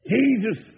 Jesus